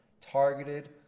Targeted